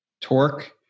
torque